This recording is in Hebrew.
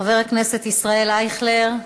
חבר הכנסת ישראל אייכלר,